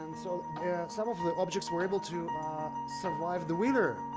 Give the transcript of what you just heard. and so yeah some of the objects were able to survive the winter.